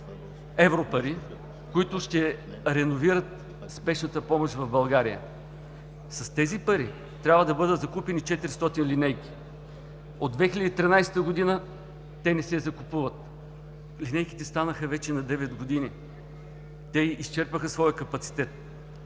европари, които ще реновират спешната помощ в България. С тези пари трябва да бъдат закупени 400 линейки. От 2013 г. те не се закупуват. Линейките станаха вече на девет години, те изчерпаха своя капацитет.